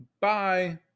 Bye